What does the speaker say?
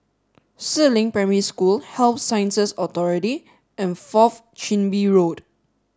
Si Ling Primary School Health Sciences Authority and Fourth Chin Bee Road